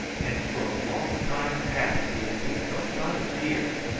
and for a long time past we had seen no sign of deer,